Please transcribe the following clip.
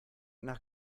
nach